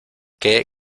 qué